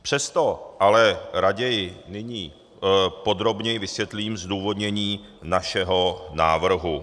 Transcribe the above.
Přesto ale raději nyní podrobněji vysvětlím zdůvodnění našeho návrhu.